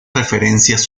referencias